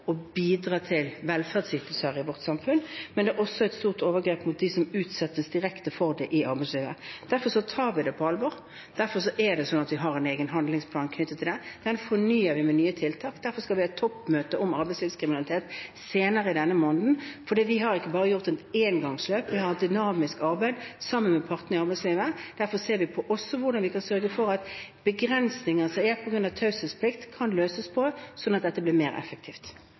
å bidra til velferdsytelser i vårt samfunn, men det er også et stort overgrep mot dem som utsettes direkte for det i arbeidslivet. Derfor tar vi det på alvor, derfor har vi en egen handlingsplan knyttet til det – den fornyer vi med nye tiltak – og derfor skal vi ha et toppmøte om arbeidslivskriminalitet senere denne måneden. For vi har ikke bare gjort dette som et engangsløp, vi har et dynamisk arbeid sammen med partene i arbeidslivet. Derfor ser vi også på hvordan vi kan sørge for at begrensninger på grunn av taushetsplikt kan løses på, slik at dette blir mer effektivt.